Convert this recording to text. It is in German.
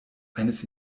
eines